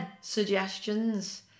suggestions